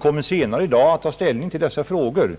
kommer att få ta ställning till dessa frågor på grundval av ett utlåtande från statsutskottet.